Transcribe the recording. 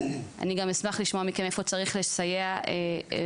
אני גם אשמח לשמוע מכם איפה צריך לסייע ולחזק.